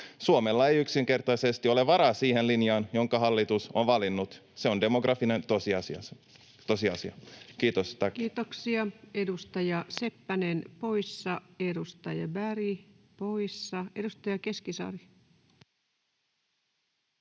Suomella ei yksinkertaisesti ole varaa siihen linjaan, jonka hallitus on valinnut. Se on demografinen tosiasia. — Kiitos, tack. Kiitoksia. — Edustaja Seppänen, poissa Edustaja Berg, poissa. — Edustaja Keskisarja.